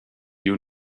you